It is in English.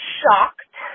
shocked